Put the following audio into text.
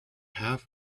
half